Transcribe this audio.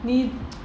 你